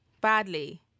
Badly